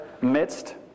midst